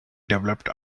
developed